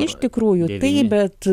iš tikrųjų taip bet